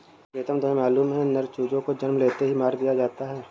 प्रीतम तुम्हें मालूम है नर चूजों को जन्म लेते ही मार दिया जाता है